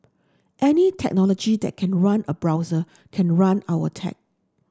any technology that can run a browser can run our tech